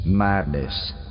madness